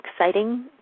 exciting